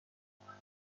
هجدهمین